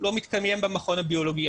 לא מתקיים במכון הביולוגי,